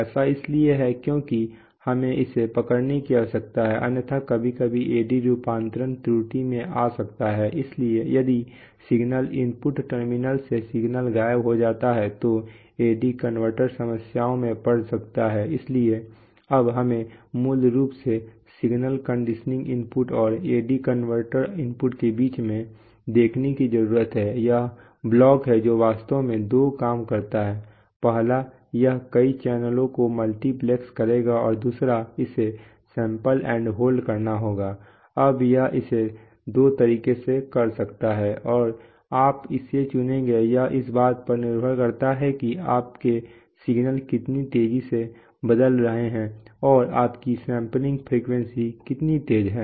ऐसा इसलिए है क्योंकि हमें इसे पकड़ने की आवश्यकता है अन्यथा कभी कभी AD रूपांतरण त्रुटि में आ सकता है यदि सिग्नल इनपुट टर्मिनल से सिग्नल गायब हो जाता है तो AD कनवर्टर समस्याओं में पड़ सकता है इसलिए अब हमें मूल रूप से सिग्नल कंडीशनिंग इनपुट और AD कन्वर्टर इनपुट के बीच में देखने की जरूरत है यह ब्लॉक है जो वास्तव में दो काम करता है पहला यह कई चैनलों को मल्टीप्लेक्स करेगा और दूसरा इसे सैंपल एंड होल्ड करना होगा अब यह इसे दो तरीकों से कर सकता है और आप किसे चुनेंगे यह इस बात पर निर्भर करता है कि आपके सिग्नल कितनी तेजी से बदल रहे हैं और आपकी सैंपलिंग फ्रीक्वेंसी कितनी तेज है